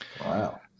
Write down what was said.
Wow